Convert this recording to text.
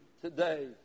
today